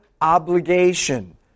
obligation